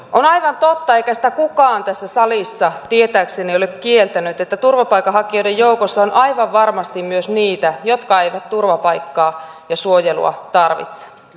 on aivan totta eikä sitä kukaan tässä salissa tietääkseni ole kieltänyt että turvapaikanhakijoiden joukossa on aivan varmasti myös niitä jotka eivät turvapaikkaa ja suojelua tarvitse